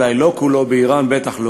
אולי לא כולו, באיראן בטח לא,